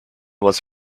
was